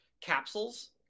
capsules